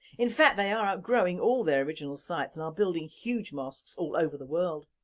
in fact they are outgrowing all their original sites and are building huge mosques all over the world,